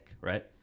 right